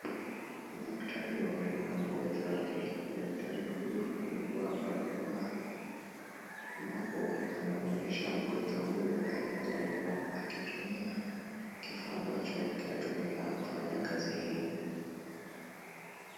Daktari wa meno na mgonjwa wake. Daktari huyu amevaa barakoa ambapo anamuonyesha mgonjwa huyu aina za meno akitumia kifaa ambacho kinatumika kufanya kazi hii.